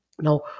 Now